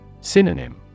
Synonym